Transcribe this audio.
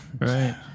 Right